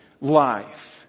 life